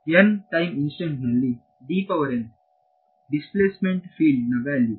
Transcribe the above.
n time instant ನಲ್ಲಿ displacement field ನ value